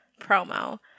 promo